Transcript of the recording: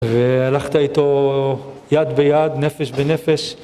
והלכת איתו יד ביד, נפש בנפש